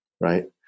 right